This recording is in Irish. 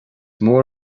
mór